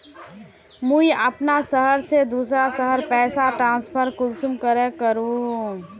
मुई अपना शहर से दूसरा शहर पैसा ट्रांसफर कुंसम करे करूम?